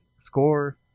score